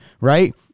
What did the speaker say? right